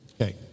Okay